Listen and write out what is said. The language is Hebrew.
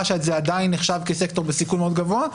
שזה עדיין נחשב כסקטור בסיכון מאוד גבוה,